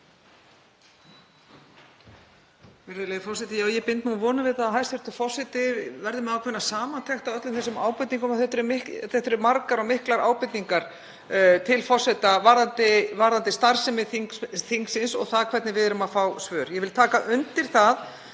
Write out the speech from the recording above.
Þetta eru margar og miklar ábendingar til forseta varðandi starfsemi þingsins og hvernig við fáum svör. Ég vil taka undir það